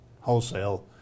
wholesale